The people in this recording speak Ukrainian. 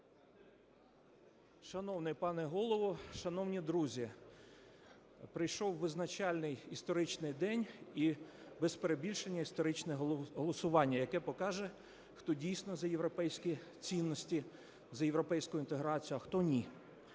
Шановний пане Голово, шановні друзі, прийшов визначальний, історичний день і без перебільшення, історичне голосування, яке покаже, хто дійсно за європейські цінності, за європейську інтеграцію, а хто – ні.